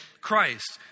Christ